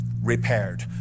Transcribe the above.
repaired